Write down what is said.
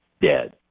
dead